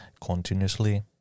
continuously